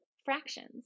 fractions